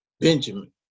Benjamin